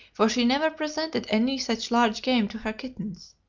for she never presented any such large game to her kittens.